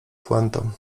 pointą